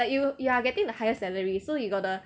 like you you are getting the highest salary so you got the